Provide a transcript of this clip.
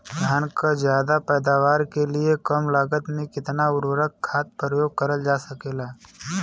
धान क ज्यादा पैदावार के लिए कम लागत में कितना उर्वरक खाद प्रयोग करल जा सकेला?